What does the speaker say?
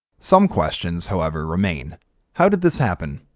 some questions, however, remain how did this happen?